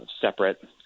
separate